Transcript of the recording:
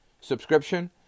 subscription